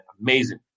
Amazing